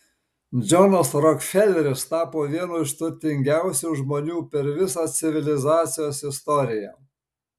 džonas rokfeleris tapo vienu iš turtingiausių žmonių per visą civilizacijos istoriją